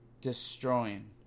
destroying